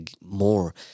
more